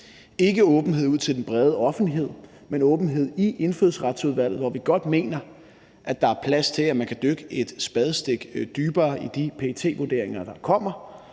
ikke åbenhed ud til den brede offentlighed, men åbenhed i Indfødsretsudvalget, hvor vi godt mener der er plads til, at man kan grave et spadestik dybere i de PET-vurderinger, der kommer.